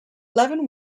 eleven